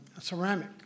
ceramic